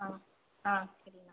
ஆ ஆ சரிண்ணா